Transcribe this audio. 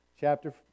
chapter